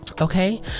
Okay